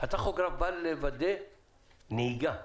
הטכוגרף בא לוודא נהיגה,